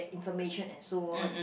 information and so on